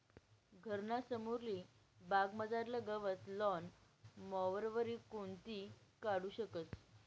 घरना समोरली बागमझारलं गवत लॉन मॉवरवरी कोणीबी काढू शकस